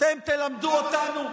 אתם תלמדו אותנו?